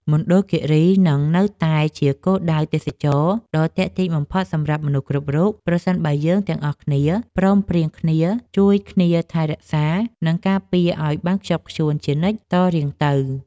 មណ្ឌលគីរីនឹងនៅតែជាគោលដៅទេសចរណ៍ដ៏ទាក់ទាញបំផុតសម្រាប់មនុស្សគ្រប់រូបប្រសិនបើយើងទាំងអស់គ្នាព្រមព្រៀងគ្នាជួយគ្នាថែរក្សា និង ការពារឱ្យបានខ្ជាប់ខ្ជួនជានិច្ចតរៀងទៅ។